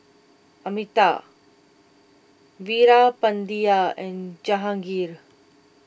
Amitabh Veerapandiya and Jahangir